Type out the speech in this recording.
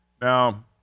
Now